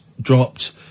dropped